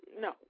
no